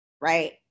right